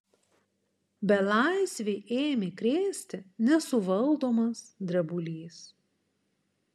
belaisvį ėmė krėsti nesuvaldomas drebulys